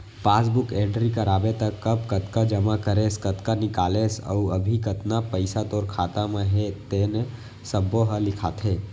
passbook entry कराबे त कब कतका जमा करेस, कतका निकालेस अउ अभी कतना पइसा तोर खाता म हे तेन सब्बो ह लिखाथे